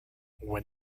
when